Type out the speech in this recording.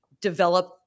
develop